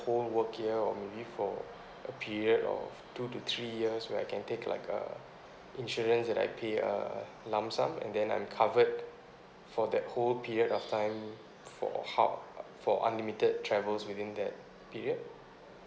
ole work year or maybe for a period of two to three years where I can take like a insurance that I pay a lump sum and then I'm covered for that whole period of time for ha~ for unlimited travels within that period